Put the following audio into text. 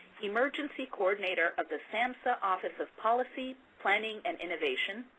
emergency coordinator of the samhsa office of policy, planning and innovation